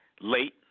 late